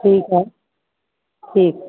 ठीकु आहे ठीकु